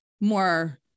more